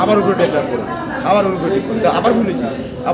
cotton মানে হতিছে যেই ফাইবারটা তুলা নু বানায়